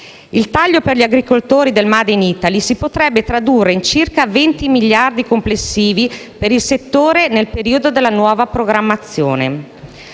Il taglio per gli agricoltori del *made in Italy* si potrebbe tradurre in circa 20 miliardi complessivi per il settore nel periodo della nuova programmazione.